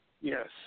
Yes